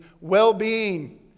well-being